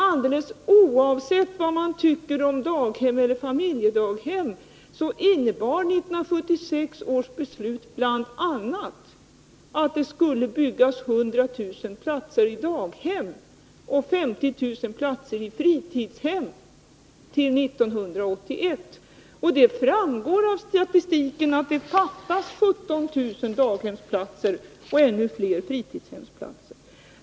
Alldeles oavsett vad man tycker om daghem eller familjedaghem innebar 1976 års beslut bl.a. att det skulle byggas 100 000 platser i daghem och 50 000 platser i fritidshem till 1981. Det framgår av statistiken att det fattas 17 000 daghemsplatser och ännu fler fritidshemsplatser.